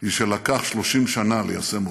היא שנדרשו 30 שנה ליישם אותה.